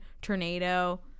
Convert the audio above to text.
tornado